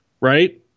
right